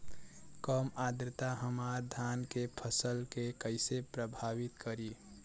कम आद्रता हमार धान के फसल के कइसे प्रभावित करी?